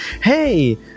hey